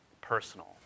personal